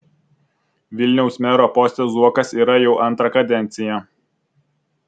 vilniaus mero poste zuokas yra jau antrą kadenciją